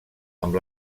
amb